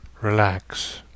relax